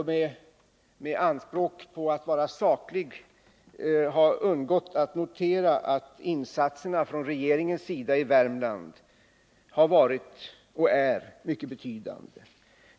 Ingen med anspråk på att vara saklig kan ändå ha undgått att notera att insatserna från regeringens sida i Värmland har varit och är mycket betydande.